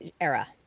era